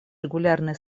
регулярные